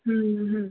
হুম হুম